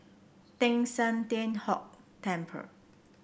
Teng San Tian Hock Temple